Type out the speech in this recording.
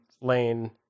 lane